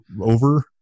over